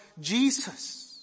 Jesus